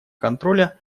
контроля